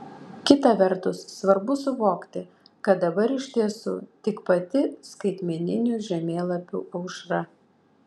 kita vertus svarbu suvokti kad dabar iš tiesų tik pati skaitmeninių žemėlapių aušra